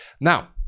Now